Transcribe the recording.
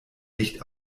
nicht